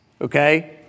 okay